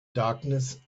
darkness